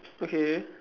okay